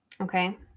Okay